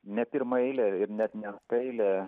ne pirmaeilė ir net ne antraeilė